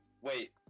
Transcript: wait